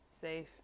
safe